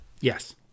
Yes